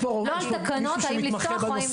לא על תקנות האם לפתוח או האם לסגור.